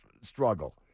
struggle